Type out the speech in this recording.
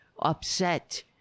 upset